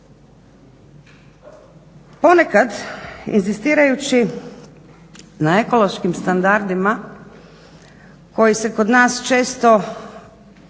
ponekad inzistirajući na ekološkim standardima koji se kod nas često pretvore